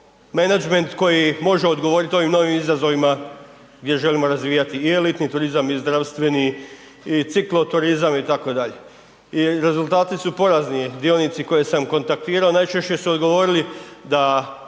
menadžment koji može odgovoriti ovim novim izazovima gdje želimo razvijati i elitni turizam, i zdravstveni, i cikloturizam, i tako dalje, i rezultati su porazni. Dionici koje sam kontaktirao najčešće su odgovorili da